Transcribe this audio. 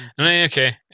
okay